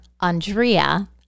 Andrea